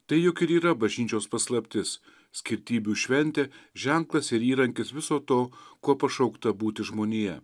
tai juk ir yra bažnyčios paslaptis skirtybių šventė ženklas ir įrankis viso to kuo pašaukta būti žmonija